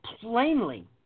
plainly